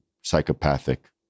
psychopathic